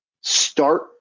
start